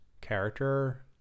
character